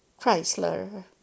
Chrysler